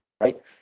right